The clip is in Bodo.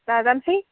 नाजानोसै